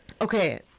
okay